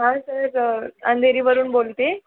हा सर अ अंधेरीवरून बोलते आहे